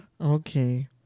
Okay